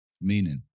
meaning